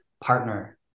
partner